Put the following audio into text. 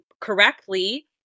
correctly